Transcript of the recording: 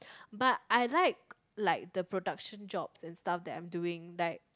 but I like like the production jobs and stuff that I'm doing like